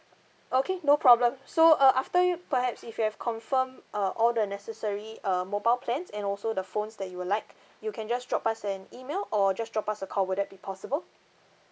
okay no problem so uh after perhaps if you have confirm uh all the necessary uh mobile plans and also the phones that you would like you can just drop us an email or just drop us a call would that be possible